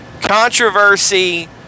controversy